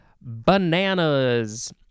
bananas